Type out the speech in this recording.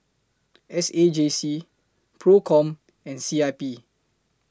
S A J C PROCOM and C I P